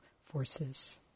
forces